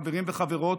חברים וחברות,